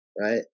right